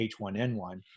H1N1